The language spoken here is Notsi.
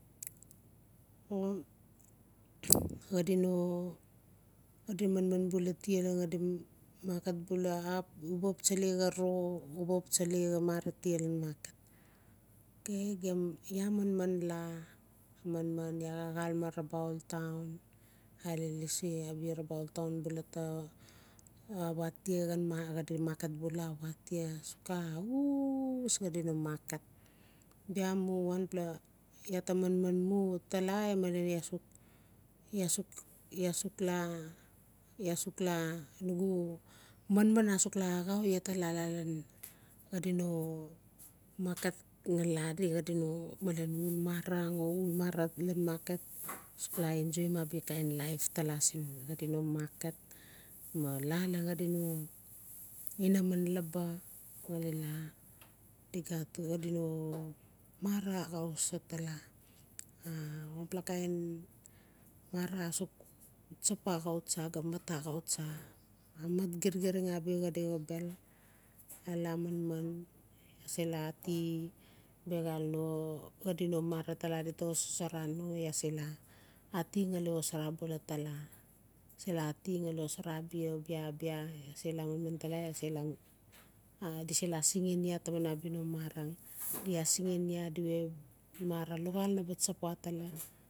xadi no xadi manman bula tia lan xadi maket vula u ba xap tsale xa ro o mara tia lan maket okay gem iaa manman la manman la rabaul town iaa lasi rabaul town bula ta xaa watia ma xadi maket bula a watia asuk xa uus xadi no maket bia mu wanpela bia iaa ta manman mutala malen iaa suk ia suk iaa suk la raa suk la nugu manman asuk la axau la ta la lan xai no maket xadi no malen ngali uul mara uul mara lan maket ias suk la enjoyim abia laif tala siin xadi no maket ma la lan xadi no mara axau so tala wanpla kain mara asuk tsap axau ga mat xau tsa a mat girgiring abia xadi xobel iaa la manman ia se la ati bixal no mara tala ta xosxosara no ati bula ngali xosara tala se la ati ngali xosara bia bia-bia iaa se la manman tala iaa se la di sela asingen iaa tamaan abia no mara asingen ia di we luxaal naba tsap watala